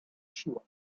siłach